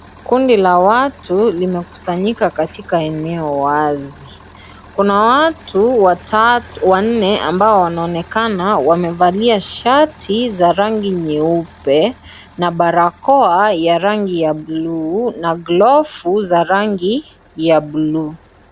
Kundi la watu limekusanyika katika eneo wazi kuna watu wanne ambao wanaonekana wamevalia shati za rangi nyeupe na barakoa ya rangi ya bluu na glavu za rangi ya bluu.